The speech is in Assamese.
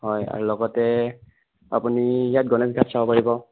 হয় আৰু লগতে আপুনি ইয়াত গণেশ ঘাট চাব পাৰিব